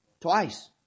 twice